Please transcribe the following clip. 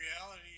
reality